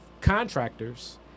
contractors